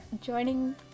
joining